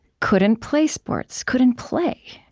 couldn't play sports couldn't play.